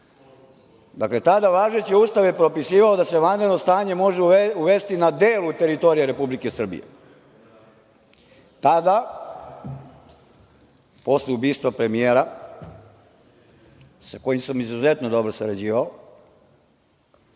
dakle, tada važeći Ustav je propisivao da se vanredno stanje može uvesti na delu teritorije Republike Srbije. Tada, posle ubistva premijera, sa kojim sam izuzetno dobro sarađivao,